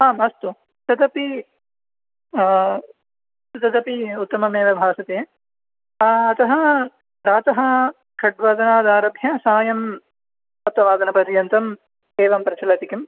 आम् अस्तु तदपि तदपि उत्तमम् एव भासते अतः प्रातः षड्वादनादारभ्य सायं सप्तवादनपर्यन्तम् एवं प्रचलति किं